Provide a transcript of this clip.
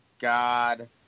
God